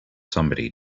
somebody